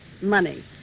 Money